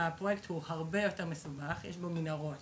בצפון הפרויקט הוא הרבה יותר מסובך, יש בו מנהרות